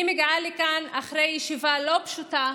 אני מגיעה לכאן אחרי ישיבה לא פשוטה